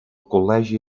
col·legi